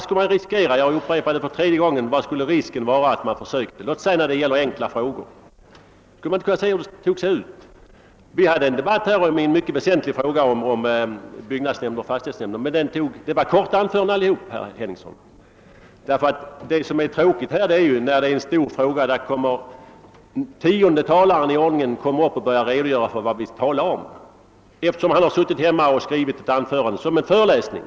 Och jag upprepar för tredje gången: Vad skulle man riskera med att göra ett försök låt oss säga när det gäller enkla frågor? Här i kammaren fördes nyss en debatt i ett mycket väsentligt ärende som rörde byggnadsnämnder och fastighetsnämnder, och det hölls då bara korta anföranden utan manuskript, herr Henningsson. Det tråkiga är när vi behandlar en stor fråga och kanske den tionde talaren börjar på nytt redogöra för vad saken gäller; han måste ju läsa upp ett anförande som han suttit hemma och skrivit och som utgör en ren föreläsning.